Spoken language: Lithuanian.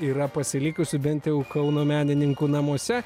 yra pasilikusi bent jau kauno menininkų namuose